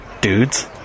dudes